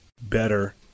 better